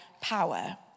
Power